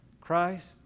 Christ